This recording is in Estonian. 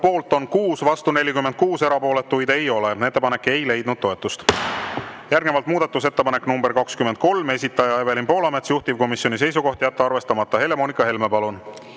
poolt on 6, vastu 41, erapooletuid ei ole. Ettepanek ei leidnud toetust. Järgnevalt muudatusettepanek nr 55, esitaja Evelin Poolamets, juhtivkomisjoni seisukoht on jätta arvestamata. Helle-Moonika Helme, palun!